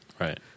Right